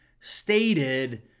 stated